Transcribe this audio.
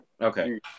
Okay